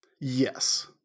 Yes